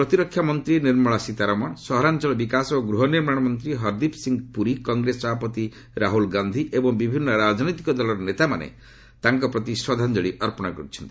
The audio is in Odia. ପ୍ରତିରକ୍ଷାମନ୍ତ୍ରୀ ନିର୍ମଳା ସୀତାରମଣ ସହରାଞ୍ଚଳ ବିକାଶ ଓ ଗୃହନିର୍ମାଣ ମନ୍ତ୍ରୀ ହରଦୀପ୍ ସିଂ ପୁରୀ କଂଗ୍ରେସ ସଭାପତି ରାହୁଳ ଗାନ୍ଧୀ ଏବଂ ବିଭିନ୍ନ ରାଜନୈତିକ ଦଳର ନେତାମାନେ ମଧ୍ୟ ତାଙ୍କ ପ୍ରତି ଶ୍ରଦ୍ଧାଞ୍ଜଳି ଅର୍ପଣ କରିଛନ୍ତି